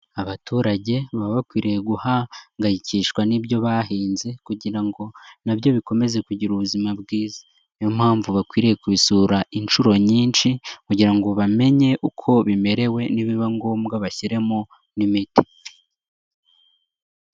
Abaturage baba bakwiriye guhangayikishwa n'ibyo bahinze kugira ngo nabyo bikomeze kugira ubuzima bwiza; niyo mpamvu bakwiriye kubisura inshuro nyinshi kugira ngo bamenye uko bimerewe nibiba ngombwa bashyiremo n'imiti.